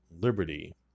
liberty